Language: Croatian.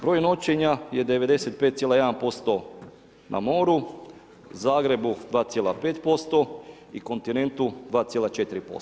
Broj noćenja je 95,1% na moru, u Zagrebu 2,5% i kontinentu 2,4%